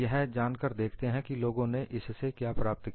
यह जानकर देखते हैं कि लोगों ने इससे क्या प्राप्त किया